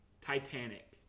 Titanic